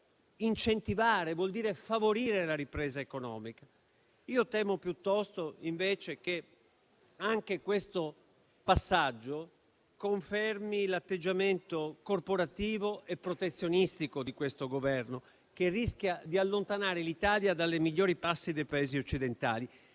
incentivare e favorire la ripresa economica. Temo invece che anche questo passaggio confermi l'atteggiamento corporativo e protezionistico di questo Governo, che rischia di allontanare l'Italia dalle migliori prassi dei Paesi occidentali.